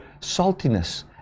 saltiness